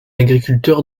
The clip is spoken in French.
agriculteur